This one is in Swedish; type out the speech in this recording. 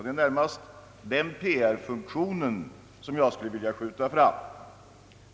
Det är närmast den PR-funktionen som jag skulle vilja skjuta fram.